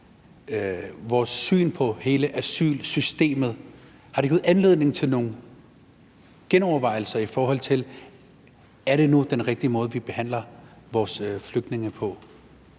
sit syn på hele asylsystemet? Har det givet anledning til nogle genovervejelser, i forhold til om det nu er den rigtige måde, vi behandler vores flygtninge på?